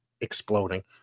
exploding